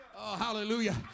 Hallelujah